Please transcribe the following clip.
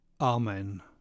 Amen